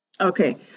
Okay